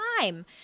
time